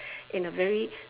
in a very